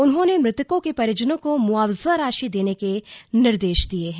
उन्होंने मृतकों के परिजनों को मुआवजा राशि देने के निर्देश दिए हैं